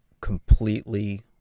completely